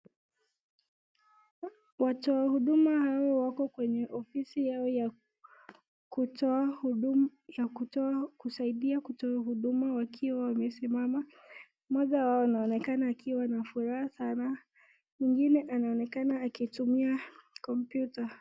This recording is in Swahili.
Watoa huduma hawa wako kwenye ofisi yao ya kutoa huduma ya kusaidia kutoa huduma wakiwa wamesimama mmoja wao anaonekana akiwa na furaha sana mwingine anaonekana akitumia kompyuta.